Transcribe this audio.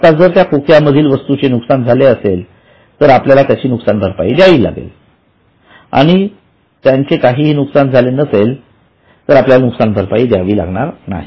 आता जर त्या खोक्यामधील वस्तूचे नुकसान झाले असेल तर आपल्याला त्याची नुकसानभरपाई द्यावी लागेल आणि जर त्याचे काहीही नुकसान झाले नसेल सेल तर आपल्याला नुकसान भरपाई द्यावी लागणार नाही